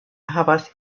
havas